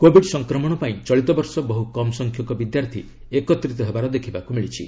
Covid ସଫକ୍ରମଣ ପାଇଁ ଚଳିତବର୍ଷ ବହୁ କମ୍ ସଂଖ୍ୟକ ବିଦ୍ୟାର୍ଥୀ ଏକତ୍ରିତ ହେବାର ଦେଖିବାକୁ ମିଳିଛି